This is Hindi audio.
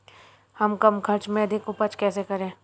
हम कम खर्च में अधिक उपज कैसे करें?